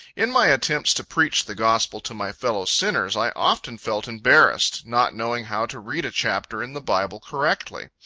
in my attempts to preach the gospel to my fellow sinners, i often felt embarrassed, not knowing how to read a chapter in the bible correctly.